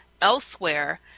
elsewhere